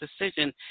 decision